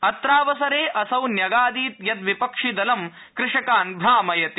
अत्रावसरे असौ न्यगादीत् यत् विपक्षिदलं कृषकान् भ्रामयति